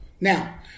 Now